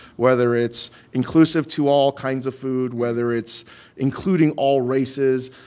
whether it's inclusive to all kinds of food, whether it's including all races,